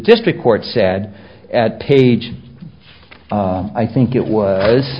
district court said at page i think it was